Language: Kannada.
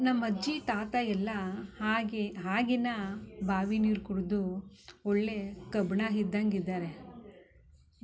ನಮ್ಮ ಅಜ್ಜಿ ತಾತ ಎಲ್ಲ ಹಾಗೆ ಆಗಿನ ಬಾವಿ ನೀರು ಕುಡ್ದು ಒಳ್ಳೆಯ ಕಬ್ಬಿಣ ಇದ್ದಂಗ್ ಇದ್ದಾರೆ